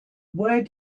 where